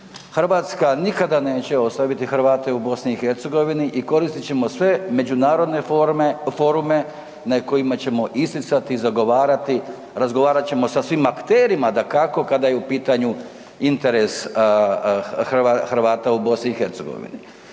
Hrvatska nikada neće ostaviti Hrvate u BiH-u i koristit ćemo sve međunarodne forme, forume na kojima ćemo isticati, zagovarati, razgovarati ćemo sa svim akterima dakako kada je u pitanju interes Hrvata u BiH.